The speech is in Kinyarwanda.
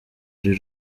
ari